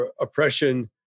oppression